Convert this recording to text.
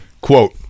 Quote